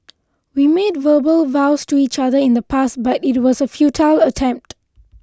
we made verbal vows to each other in the past but it was a futile attempt